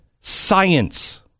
science